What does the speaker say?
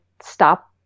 stop